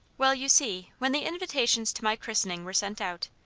well, you see, when the invitations to my christening were sent out,